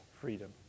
freedom